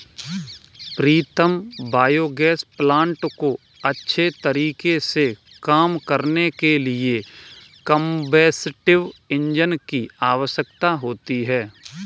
प्रीतम biogas plant को अच्छे तरीके से काम करने के लिए कंबस्टिव इंजन की आवश्यकता होती है